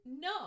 No